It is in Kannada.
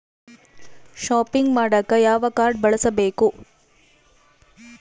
ಷಾಪಿಂಗ್ ಮಾಡಾಕ ಯಾವ ಕಾಡ್೯ ಬಳಸಬೇಕು?